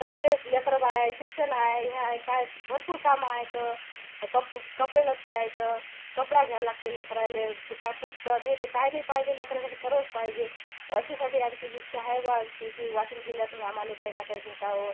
तर आपले लेकरंबाळं आहे शिक्षण आहे ह्या काय भरपूर कामं आहे तर कप् कपडेलत्ते आहेत कपडा घ्या लागते लेकरायले ते काय पुस्तक हे ते काय नाही पाहिजे लेकरासाठी सर्वच पाहिजे अशीसाठी आमची विच्छा आहे बुवा ही की वाशिम जिल्ह्यातून आमाले काही ना काही भेटावं